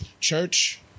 Church